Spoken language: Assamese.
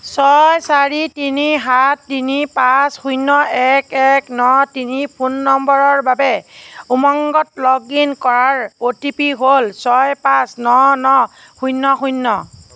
ছয় চাৰি তিনি সাত তিনি পাঁচ শূন্য এক এক ন তিনি ফোন নম্বৰৰ বাবে উমংগত লগ ইন কৰাৰ অ' টি পি হ'ল ছয় পাঁচ ন ন শূন্য শূন্য